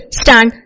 stand